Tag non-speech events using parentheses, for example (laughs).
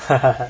(laughs)